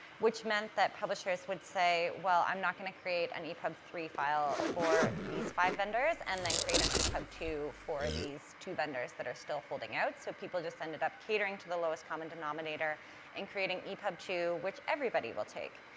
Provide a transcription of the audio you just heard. which meant that publishers would say, well, i'm not going to create an epub three file for these five vendors and then create an epub two for these two vendors that are still holding out. so, people just ended up catering to the lowest common denominator and creating epub two, which everybody will take.